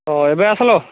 ଓ ଏବେ ଆସିଲ